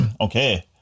Okay